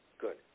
Good